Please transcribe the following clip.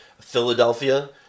Philadelphia